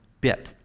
bit